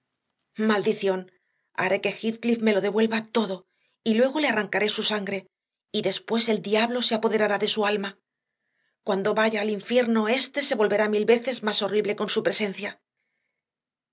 aldición h aré que h eathcliff me lo devuelva todo y luego le arrancaré su sangre y después eldiablo se apoderará de su alma cuándo vaya alinfierno éste se volverá milveces más horrible con su presencia